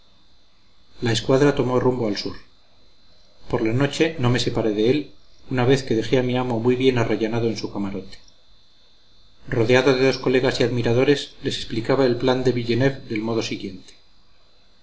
la escuadra tomó rumbo al sur por la noche no me separé de él una vez que dejé a mi amo muy bien arrellanado en su camarote rodeado de dos colegas y admiradores les explicaba el plan de villeneuve del modo siguiente